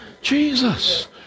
Jesus